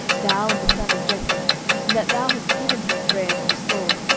thou and the son of jesse, in that thou hast given him bread, and a sword,